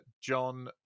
John